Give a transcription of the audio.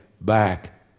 back